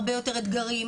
הרבה יותר אתגרים,